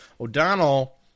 O'Donnell